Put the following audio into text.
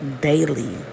daily